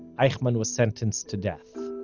eichmann was sentenced to death.